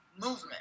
movement